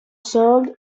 sold